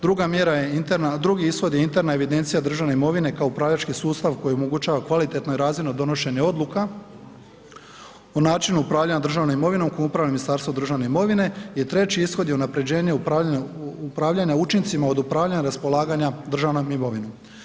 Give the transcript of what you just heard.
Druga mjera je interna, drugi ishod je interna evidencija državne imovine kao upravljački sustav koji omogućava kvalitetno i razvojno donošenje odluka u načinu upravljanja državnom imovinom kojom upravlja Ministarstvo državne imovine i treći ishod je unapređenje upravljanja učincima od upravljanja i raspolaganja državnom imovinom.